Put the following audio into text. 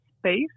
space